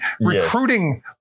recruiting